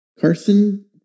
Carson